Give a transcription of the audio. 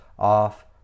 off